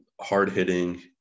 hard-hitting